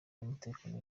n’umutekano